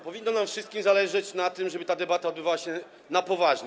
Powinno nam wszystkim zależeć na tym, żeby ta debata odbywała się na poważnie.